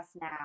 now